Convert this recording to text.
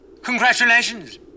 Congratulations